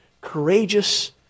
courageous